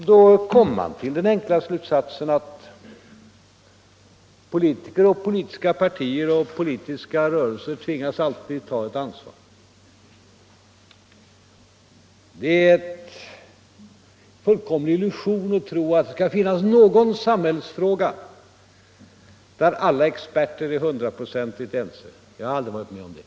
Då kommer man till den enkla slutsatsen att politiker, politiska partier och politiska rörelser alltid tvingas ta ett ansvar. Det är en fullkomlig illusion att tro att det skulle finnas någon fråga där alla experter är hundraprocentigt ense — jag har aldrig varit med om det.